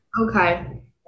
okay